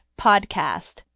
PODCAST